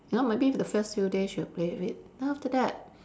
you know maybe the first few days she'll play with it then after that